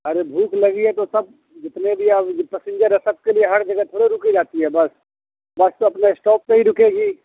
ارے بھوک لگی ہے تو سب جتنے بھی آپ پسنجر ہے سب کے لیے ہر جگہ تھوڑے رکی جاتی ہے بس بس تو اپنا اسٹاپ پہ ہی رکے گی